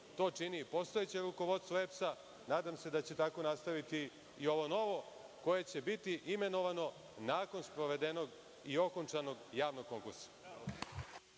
To čini i postojeće rukovodstvo EPS-a, nadam se da će tako nastaviti i ovo novo koje će biti imenovano nakon sprovedenog i okončanog javnog konkursa.